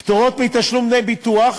הן פטורות מתשלום דמי ביטוח,